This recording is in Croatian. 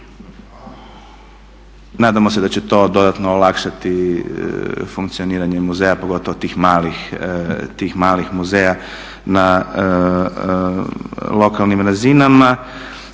Nadamo se da će to dodatno olakšati funkcioniranje muzeja, pogotovo tih malih, tih malih muzeja na lokalnim razinama.